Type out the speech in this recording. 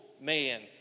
man